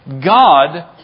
God